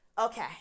Okay